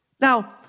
Now